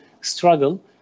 struggle